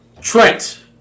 Trent